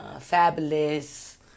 Fabulous